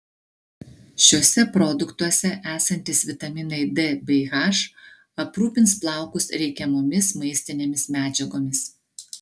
šiuose produktuose esantys vitaminai d bei h aprūpins plaukus reikiamomis maistinėmis medžiagomis